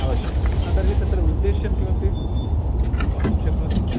अवश्यं तर्हि तत्र उद्देशं किमपि वक्तुं शक्नोति